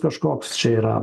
kažkoks čia yra